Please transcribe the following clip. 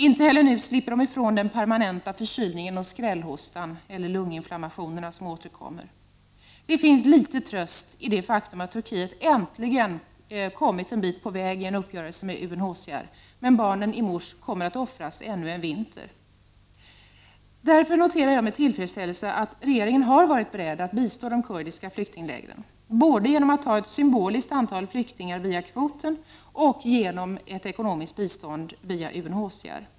Inte heller nu slipper de ifrån den permanenta förkylningen och skrällhostan eller de återkommande lunginflammationerna. Det finns liten tröst i det faktum att Turkiet äntligen kommit en bit på väg genom uppgörelsen med UNHCR, men barnen i Mus kommer att offras ännu en vinter. Därför noterar jag med tillfredsställelse att regeringen har varit beredd att bistå de kurdiska flyktinglägren både genom att ta emot ett symboliskt antal flyktingar via flyktingkvoten och genom att ge ett ekonomiskt bistånd via UNHCR.